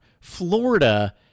Florida